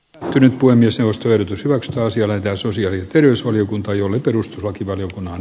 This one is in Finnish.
kahden puinnissa ostoyritys voisi vähentää sosiaali ja terveysvaliokunta jolle perustuslakivaliokunnan